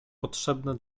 potrzebne